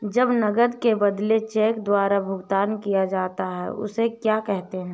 जब नकद के बदले चेक द्वारा भुगतान किया जाता हैं उसे क्या कहते है?